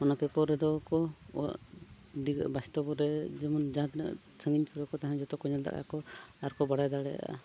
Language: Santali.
ᱚᱱᱟ ᱯᱮᱯᱟᱨ ᱨᱮᱫᱚ ᱠᱚ ᱵᱟᱥᱛᱚᱵᱽ ᱨᱮ ᱡᱮᱢᱚᱱ ᱡᱟᱦᱟᱸ ᱛᱤᱱᱟᱹᱜ ᱥᱟᱺᱜᱤᱧ ᱠᱚᱨᱮ ᱠᱚ ᱛᱟᱦᱮᱱ ᱡᱚᱛᱚ ᱠᱚ ᱧᱮᱞ ᱫᱟᱲᱮᱭᱟᱜᱼᱟ ᱠᱚ ᱟᱨᱠᱚ ᱵᱟᱰᱟᱭ ᱫᱟᱲᱮᱭᱟᱜᱼᱟ